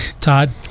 Todd